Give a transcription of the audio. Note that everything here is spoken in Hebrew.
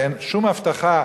ואין שום הבטחה